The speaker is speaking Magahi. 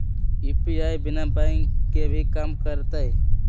यू.पी.आई बिना बैंक के भी कम करतै?